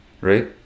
right